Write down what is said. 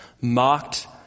mocked